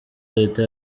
leta